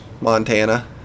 Montana